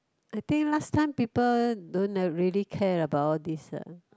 I think last time people don't uh really care about all these ah